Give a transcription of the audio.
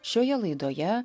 šioje laidoje